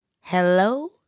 Hello